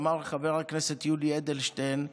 אמר חבר הכנסת יולי אדלשטיין,